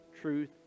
truth